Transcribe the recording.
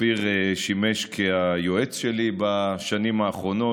אופיר שימש יועץ שלי בשנים האחרונות,